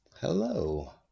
Hello